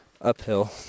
uphill